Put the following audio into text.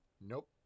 Nope